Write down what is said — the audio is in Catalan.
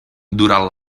durant